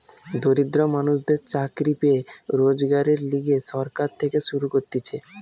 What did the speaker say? দরিদ্র মানুষদের চাকরি পেয়ে রোজগারের লিগে সরকার থেকে শুরু করতিছে